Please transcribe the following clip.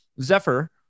Zephyr